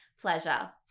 pleasure